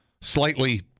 Slightly